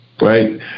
right